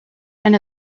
and